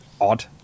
odd